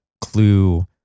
clue